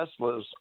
teslas